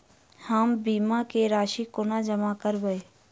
हम बीमा केँ राशि कोना जमा करबै?